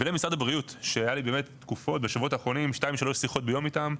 ולמשרד הבריאות שהיה לי בשבועות האחרונים שתיים-שלוש שיחות ביום איתם,